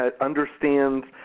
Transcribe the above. understands